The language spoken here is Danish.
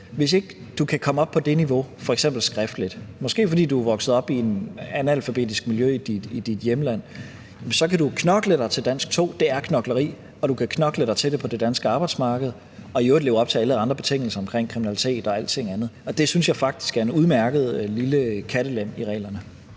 andet. Hvis ikke du kan komme op på det niveau f.eks. skriftligt, måske fordi du er vokset op i et analfabetisk miljø i dit hjemland, så kan du knokle dig til danskprøve 2 – det er knokleri – og du kan knokle dig til det på det danske arbejdsmarked. Det synes jeg faktisk er en udmærket lille kattelem i reglerne.